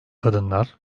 kadınlar